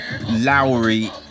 Lowry